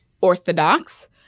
orthodox